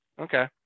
Okay